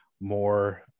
more